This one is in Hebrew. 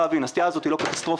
הסטייה הזאת היא לא קטסטרופה,